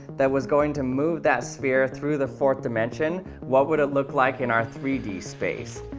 that was going to move that sphere through the fourth dimension what would it look like in our three d space?